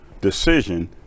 decision